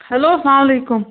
hello سلام وعلیکُم